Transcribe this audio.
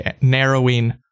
narrowing